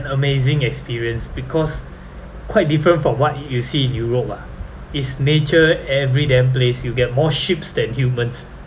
amazing experience because quite different from what you see in europe ah it's nature every damn place you get more sheeps than humans